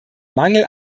mangel